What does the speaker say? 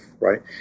right